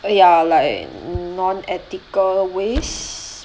!aiya! like non ethical ways